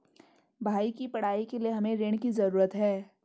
भाई की पढ़ाई के लिए हमे ऋण की जरूरत है